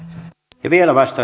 arvoisa puhemies